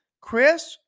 Chris